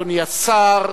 אדוני השר,